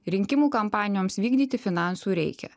rinkimų kampanijoms vykdyti finansų reikia